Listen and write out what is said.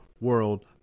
world